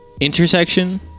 intersection